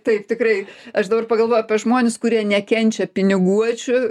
taip tikrai aš dabar pagalvojau apie žmones kurie nekenčia piniguočių